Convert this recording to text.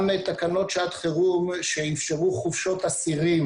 גם תקנות שעת חירום שאפשרו חופשות אסירים